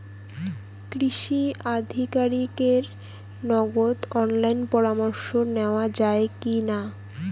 কৃষি আধিকারিকের নগদ অনলাইন পরামর্শ নেওয়া যায় কি না?